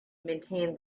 maintained